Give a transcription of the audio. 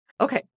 Okay